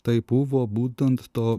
tai buvo būtent to